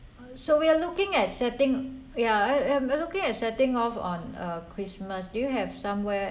so we are looking at setting yeah I'm I'm I'm looking at setting off on uh christmas do you have some where